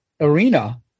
arena